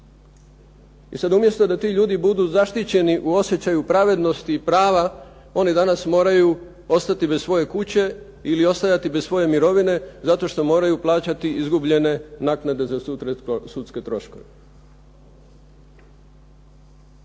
I sada umjesto da ti ljudi budu zaštićeni u osjećaju pravednosti i prava, oni danas moraju ostati bez svoje kuće ili ostajati bez svoje mirovine, zato što moraju plaćati izgubljene naknade za sudske troškove.